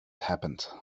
happened